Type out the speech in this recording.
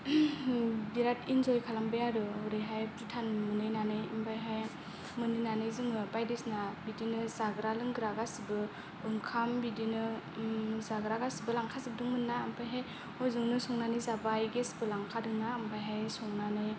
बिरात इनजय खालामबाय आरो ओरैहाय भुटान मोनहैनानै ओमफ्रायहाय मोनहैनानै जोंङो बायदिसिना बिदिनो जाग्रा लोंग्रा गासिबो ओंखाम बिदिनो जाग्रा गासिबो लांखा जोबदोंमोन ना ओमफ्रायहाय हजोंनो संनानै जाबाय गेसबो लांखादोंना ओमफ्रायहाय संनानै